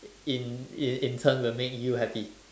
in in in turn will make you happy